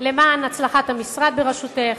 למען הצלחת המשרד בראשותך,